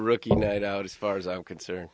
rookie night out as far as i'm concerned